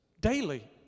daily